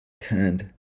turned